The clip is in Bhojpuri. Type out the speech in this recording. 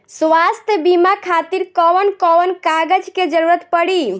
स्वास्थ्य बीमा खातिर कवन कवन कागज के जरुरत पड़ी?